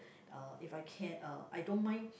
uh if I can uh I don't mind